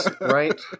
right